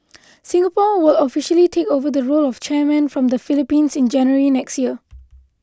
Singapore will officially take over the role of chairman from the Philippines in January next year